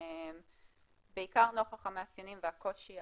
בעיקר נוכח המאפיינים והקושי